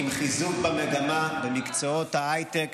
עם חיזוק המגמה במקצועות ההייטק.